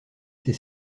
ses